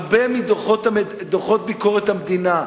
הרבה מדוחות ביקורת המדינה,